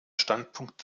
standpunkt